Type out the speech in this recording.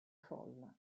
folla